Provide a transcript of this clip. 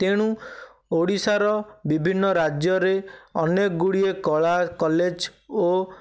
ତେଣୁ ଓଡ଼ିଶାର ବିଭିନ୍ନ ରାଜ୍ୟରେ ଅନେକ ଗୁଡ଼ିଏ କଳା କଲେଜ ଓ